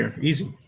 easy